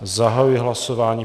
Zahajuji hlasování.